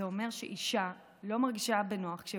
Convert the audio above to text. זה אומר שאישה לא מרגישה בנוח כשהיא